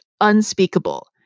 unspeakable